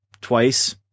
twice